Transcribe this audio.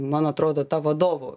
man atrodo tą vadovų